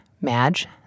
Madge